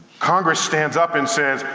congress stands up and says,